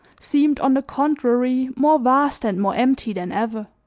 seemed, on the contrary, more vast and more empty than ever.